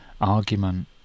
argument